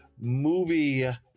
movie